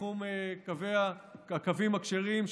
בתחום הקווים הכשרים,